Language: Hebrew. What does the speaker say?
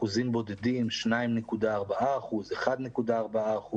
אחוזים בודדים, 2.4%, 1.4%